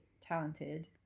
talented